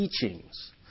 teachings